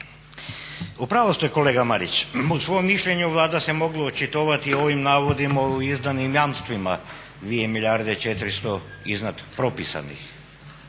U pravu ste kolega Marić, u svom mišljenju Vlada se mogla očitovati o ovim navodima o izdanim jamstvima 2 milijarde 400 iznad propisanih